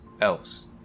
Elves